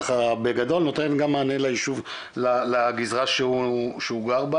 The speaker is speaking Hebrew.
ככה בגדול, נותן מענה לגזרה שהוא גר בה